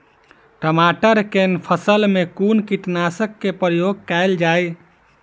टमाटर केँ फसल मे कुन कीटनासक केँ प्रयोग कैल जाय?